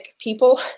people